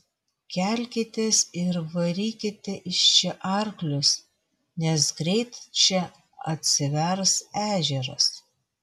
kelkitės ir varykite iš čia arklius nes greit čia atsivers ežeras